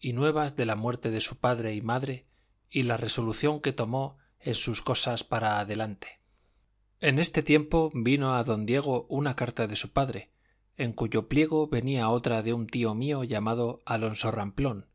y nuevas de la muerte de su padre y madre y la resolución que tomó en sus cosas para adelante en este tiempo vino a don diego una carta de su padre en cuyo pliego venía otra de un tío mío llamado alonso ramplón